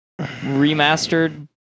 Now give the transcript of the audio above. remastered